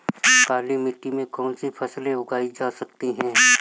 काली मिट्टी में कौनसी फसलें उगाई जा सकती हैं?